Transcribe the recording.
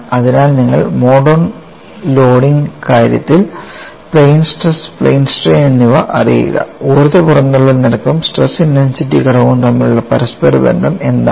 അതിനാൽ നിങ്ങൾ mode I loading കാര്യത്തിൽ പ്ലെയിൻ സ്ട്രെസ് പ്ലെയിൻ സ്ട്രെയിൻ എന്നിവ അറിയുക ഊർജ്ജ പുറന്തള്ളൽ നിരക്കും സ്ട്രെസ് ഇന്റെൻസിറ്റി ഘടകവും തമ്മിലുള്ള പരസ്പര ബന്ധം എന്താണ്